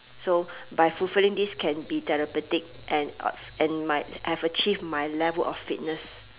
so by fulfilling this can be therapeutic and uh and my have achieved my level of fitness